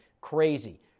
Crazy